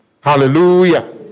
Hallelujah